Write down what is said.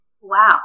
wow